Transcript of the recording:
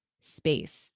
Space